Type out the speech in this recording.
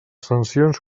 sancions